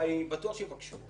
בטוח שיבקשו.